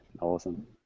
Awesome